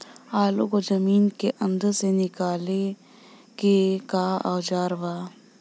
आलू को जमीन के अंदर से निकाले के का औजार बा?